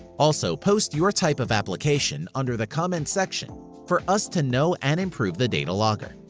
also post your type of application under the comments section for us to know and improve the data logger.